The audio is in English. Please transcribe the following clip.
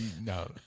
no